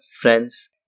friends